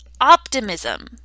optimism